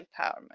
empowerment